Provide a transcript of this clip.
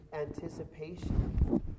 anticipation